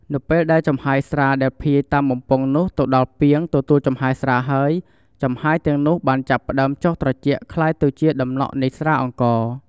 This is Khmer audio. នៅពេលដែលចំហាយស្រាដែលភាយតាមបំពង់នោះទៅដល់ពាងទទួលចំហាយស្រាហើយ ចំហាយទាំងនោះបានចាប់ផ្ដើមចុះត្រជាក់ក្លាយទៅជាដំណក់នៃស្រាអង្ករ។